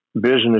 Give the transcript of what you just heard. business